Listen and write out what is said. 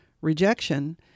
rejection